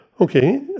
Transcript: Okay